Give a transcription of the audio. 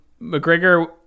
McGregor